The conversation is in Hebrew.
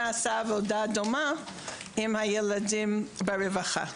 נעשתה עבודה דומה עם הילדים ברווחה.